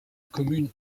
commune